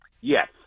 yes